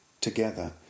together